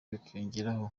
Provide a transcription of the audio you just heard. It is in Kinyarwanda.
bikiyongeraho